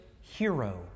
hero